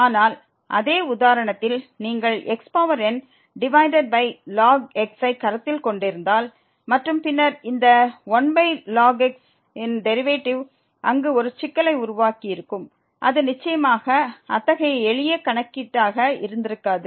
ஆனால் அதே உதாரணத்தில் நீங்கள் xn divided by ln x ஐ கருத்தில் கொண்டிருந்தால் மற்றும் பின்னர் இந்த 1ln x இன் டெரிவேட்டிவ் அங்கு ஒரு சிக்கலை உருவாக்கியிருக்கும் அது நிச்சயமாக அத்தகைய எளிய கணக்கீட்டாக இருந்திருக்காது